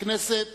הכנסת